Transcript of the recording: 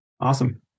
Awesome